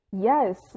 Yes